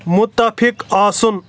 مُتفِق آسُن